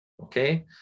okay